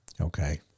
Okay